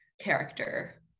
character